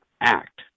act